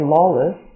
Lawless